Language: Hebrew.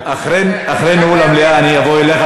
אחרי ניהול המליאה אני אבוא אליך,